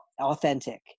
authentic